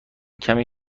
کمی